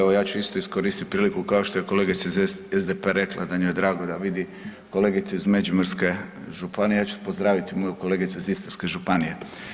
Evo ja ću isto iskoristiti priliku kao što je kolegica iz SDP-a rekla da je njoj drago da vidi kolegicu iz Međimurske županije, ja ću pozdraviti moju kolegicu iz Istarske županije.